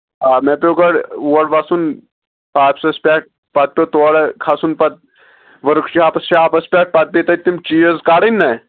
مےٚ پیٚو گۄڈٕ اور وسُن آفسس پٮ۪ٹھ پتہٕ تورٕ کھسُن پتہٕ ؤرٕک شاپس شاپس پٮ۪ٹھ پتہٕ پیٚیہِ تتہِ تِم چیٖز کڑٕنۍ نہ